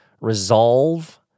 resolve